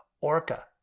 Orca